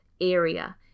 area